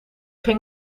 ging